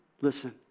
listen